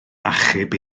achub